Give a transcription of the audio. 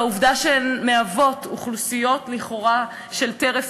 והעובדה שהן מהוות אוכלוסיות לכאורה של טרף